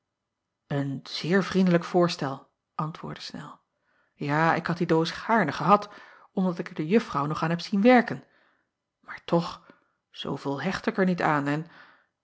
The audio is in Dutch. en zeer vriendelijk voorstel antwoordde nel ja ik had die doos gaarne gehad omdat ik er de uffrouw nog aan heb zien werken maar toch zooveel hecht ik er niet aan